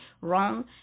wrong